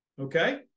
Okay